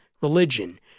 religion